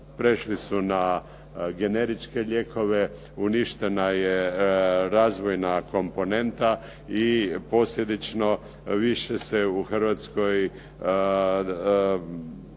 Prešli su na generičke lijekove. Uništena je razvojna komponenta i posljedično više se u Hrvatskoj